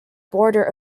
border